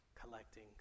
collecting